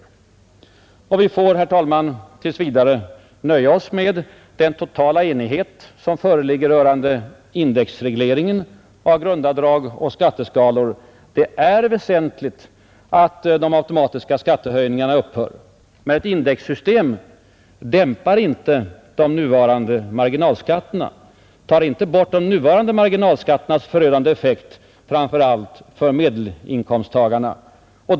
Och vi får, herr talman, tills vidare nöja oss med den totala enighet som föreligger rörande indexregleringen av grundavdrag och skatteskalor. Det är väsentligt att de automatiska skattehöjningarna upphör. Men ett indexsystem dämpar inte de nuvarande marginalskatterna, tar inte bort deras förödande effekt, framför allt för medelinkomsttagarna.